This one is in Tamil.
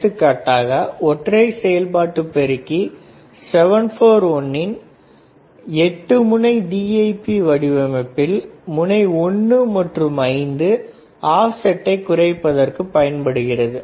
எடுத்துக்காட்டாக ஒற்றை செயல்பாட்டுப் பெருக்கி 741 என்ற 8 முனை DIP வடிவமைப்பில் முனை 1 மற்றும் 5 ஆப்செட்டை குறைப்பதற்கு பயன்படுகிறது